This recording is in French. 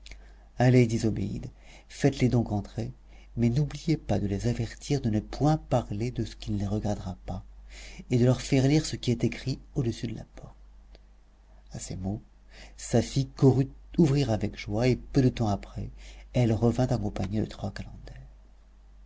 allez lui dit zobéide faites-les donc entrer mais n'oubliez pas de les avertir de ne point parler de ce qui ne les regardera pas et de leur faire lire ce qui est écrit au-dessus de la porte à ces mots safie courut ouvrir avec joie et peu de temps après elle revint accompagnée des trois calenders